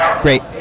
great